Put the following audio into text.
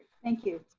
thank you,